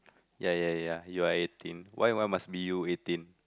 ya ya ya you are eighteen why why must be you eighteen